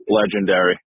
legendary